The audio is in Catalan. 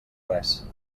res